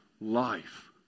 life